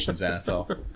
NFL